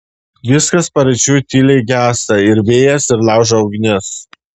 viskas paryčiui tyliai gęsta ir vėjas ir laužo ugnis